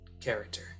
character